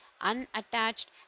unattached